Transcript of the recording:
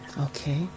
Okay